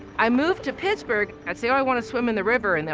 i moved to pittsburgh, i'd say, oh, i want to swim in the river, and they'd